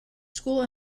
school